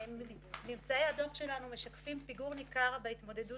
ממצאי הדוח שלנו משקפים פיגור ניכר בהתמודדות